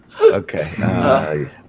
Okay